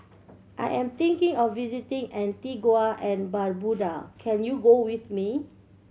I am thinking of visiting Antigua and Barbuda can you go with me